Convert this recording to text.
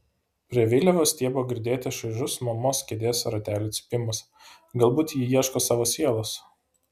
prie vėliavos stiebo girdėti šaižus mamos kėdės ratelių cypimas galbūt ji ieško savo sielos